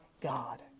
God